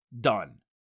done